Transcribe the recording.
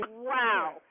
wow